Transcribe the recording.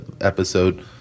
episode